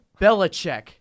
Belichick